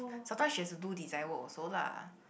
sometime she also has to do design work also lah